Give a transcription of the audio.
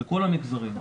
בכל המגזרים,